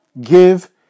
give